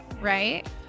right